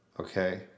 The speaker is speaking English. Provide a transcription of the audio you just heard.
okay